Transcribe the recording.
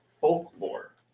folklore